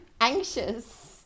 anxious